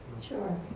Sure